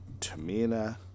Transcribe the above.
Tamina